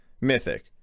Mythic